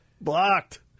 blocked